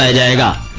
ah da da